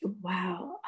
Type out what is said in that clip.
wow